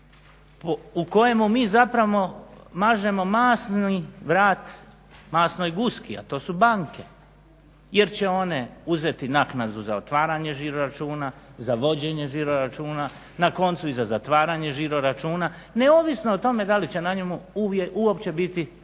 u kojemu mi zapravo mažemo masni vrat masnoj guski, a to su banke jer će one uzeti naknadu za otvaranje žiroračuna, za vođenje žiroračuna, na koncu i za zatvaranje žiroračuna neovisno o tome da li će na njemu biti